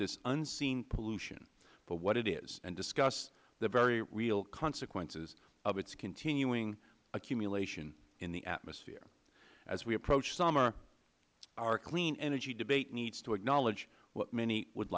this unseen pollution for what it is and discuss the very real consequences of its continuing accumulation in the atmosphere as we approach summer our clean energy debate needs to acknowledge what many would